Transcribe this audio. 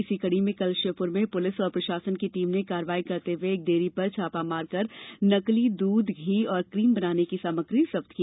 इसी कड़ी में कल श्योप्र में पुलिस और प्रशासन की टीम ने कार्यवाही करते हुए एक डेयरी पर छापा मार कर नकली दूध घी और क्रीम बनाने की सामग्री जप्त की